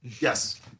Yes